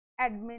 admin